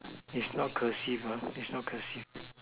it's not cursive it's not cursive